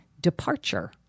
departure